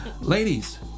ladies